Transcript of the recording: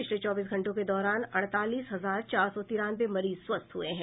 पिछले चौबीस घंटों के दौरान अड़तालीस हजार चार सौ तिरानवे मरीज स्वस्थ हुए हैं